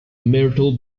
myrtle